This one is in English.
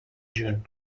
june